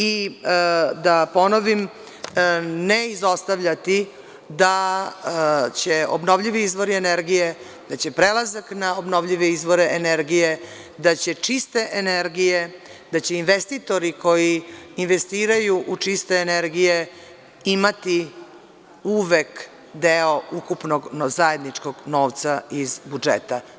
I da ponovim ne izostavljati da će obnovljivi izvori energije, da će prelazak na obnovljivi izvor energije, da će čiste energije, da će investitori koji investiraju u čiste energije, imati uvek deo ukupnog zajedničkog novca iz budžeta.